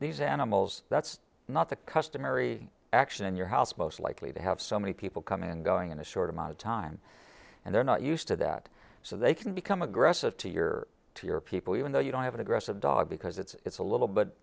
these animals that's not the customary action in your house most likely to have so many people coming and going in a short amount of time and they're not used to that so they can become aggressive to your to your people even though you don't have an aggressive dog because it's a little bit